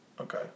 Okay